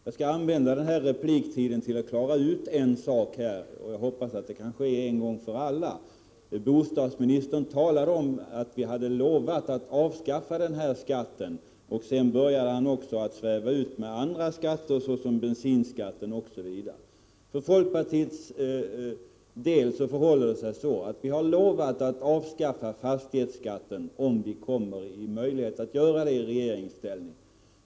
Jag skall använda repliktiden till att klara ut en sak. Jag hoppas att det kan ske en gång för alla. Bostadsministern sade att vi hade lovat att avskaffa den här skatten. Sedan började han sväva ut och tala om andra skatter, såsom bensinskatten. Det förhåller sig så att folkpartiet har lovat att avskaffa fastighetsskatten om vi får möjlighet att göra det och kommer i regeringsställning.